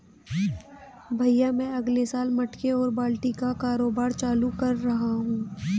भैया मैं अगले साल मटके और बाल्टी का कारोबार चालू कर रहा हूं